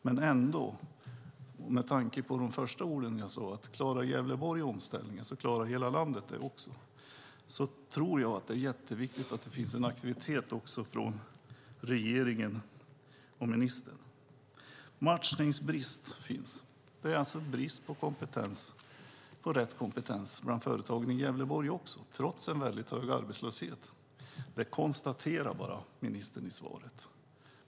Men med tanke på de första orden som jag sade, om att om Gävleborg klarar omställningen klarar hela landet det, tror jag att det är mycket viktigt att det finns en aktivitet också från regeringen och ministern. Det finns brister i fråga om matchningen. Det är alltså brist på rätt kompetens bland företagen i Gävleborg också, trots en hög arbetslöshet. Det konstaterar ministern bara i svaret.